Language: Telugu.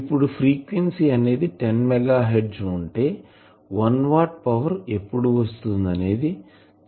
ఇప్పుడు ఫ్రీక్వెన్సీ అనేది 10 మెగా హెర్ట్జ్ ఉంటే 1 వాట్ పవర్ ఎప్పుడు వస్తుంది అనేది చాలా ముఖ్యమైన విషయం